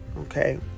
okay